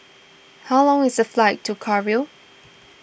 how long is the flight to Cairo